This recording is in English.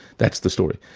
that's the story.